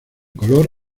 color